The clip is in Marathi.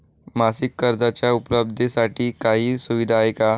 मासिक कर्जाच्या उपलब्धतेसाठी काही सुविधा आहे का?